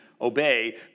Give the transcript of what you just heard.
obey